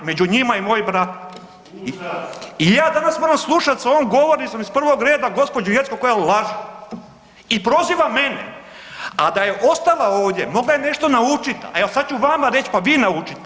Među njima i moj brat [[Upadica: Užas!]] I ja danas moram slušati za ovom govornicom iz prvog reda gospođu Jeckov koja laže i proziva mene, a da je ostala ovdje mogla je nešto naučiti a sad ću vama reći, pa vi naučite.